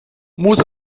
muss